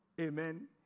Amen